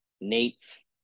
Nate's